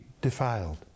defiled